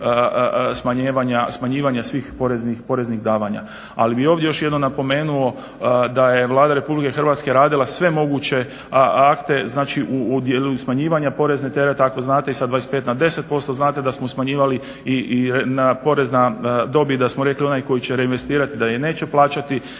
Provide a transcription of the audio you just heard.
smanjivanja svih poreznih davanja, ali bih ovdje još jednom napomenuo da je Vlada RH radila sve moguće akte smanjivanja porezne teret ako znate sa 25 na 10%, znate da smo smanjivali i porez na dobit. Da smo rekli da onoj koji će reinvestirati da je neće plaćati